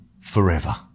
forever